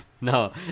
no